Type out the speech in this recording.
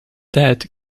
that